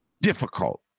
difficult